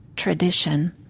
Tradition